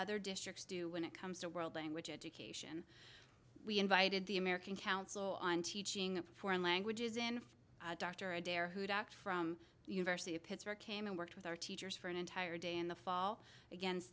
other districts do when it comes to world language education we invited the american council on teaching foreign languages in dr adair who'd act from the university of pittsburgh came and worked with our teachers for an entire day in the fall against